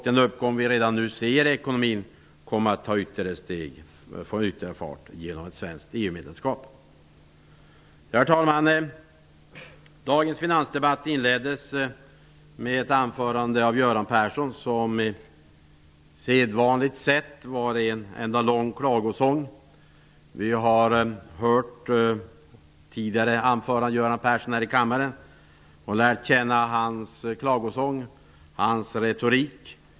Den uppgång vi redan nu ser i ekonomin kommer att få ytterligare fart med hjälp av ett svenskt EU-medlemskap. Herr talman! Dagens finansdebatt inleddes med ett anförande av Göran Persson. På sedvanligt sätt var det en enda lång klagosång. Vi har tidigare hört Göran Persson hålla anföranden i kammaren och lärt känna hans klagosång och hans retorik.